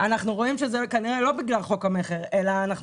אנחנו רואים שזה כנראה לא בגלל חוק המכר אלא אנחנו